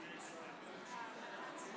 התקבלה.